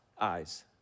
eyes